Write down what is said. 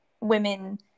women